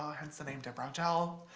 hence the name dipbrow gel.